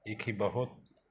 एक ही बहुत